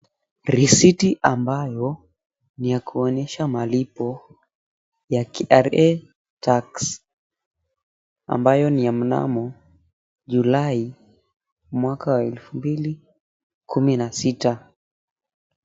Risiti ambayo ni ya kuonyesha malipo ya KRA tax ambayo ni ya mnamo Julai mwaka wa elfu mbili kumi na sita.